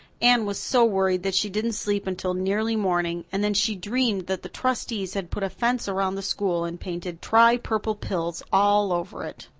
anne was so worried that she didn't sleep until nearly morning, and then she dreamed that the trustees had put a fence around the school and painted try purple pills all over it.